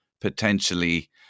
potentially